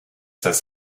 das